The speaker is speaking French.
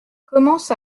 commence